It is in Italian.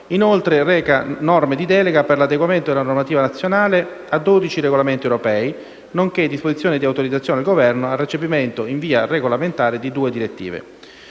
Inoltre, reca norme di delega per l'adeguamento della normativa nazionale a 12 regolamenti europei, nonché disposizioni di autorizzazione al Governo al recepimento, in via regolamentare, di due direttive.